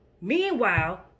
meanwhile